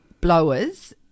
blowers